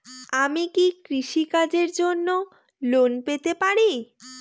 আমি কি কৃষি কাজের জন্য লোন পেতে পারি?